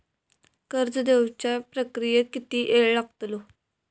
कर्ज देवच्या प्रक्रियेत किती येळ लागतलो?